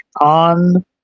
on